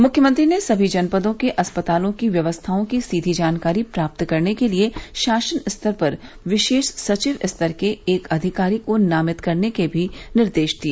मुख्यमंत्री ने सभी जनपदों के अस्पतालों की व्यवस्थाओं की सीधी जानकारी प्राप्त करने के लिए शासन स्तर पर विशेष सचिव स्तर के एक अधिकारी को नामित करने के भी निर्देश दिए